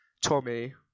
Tommy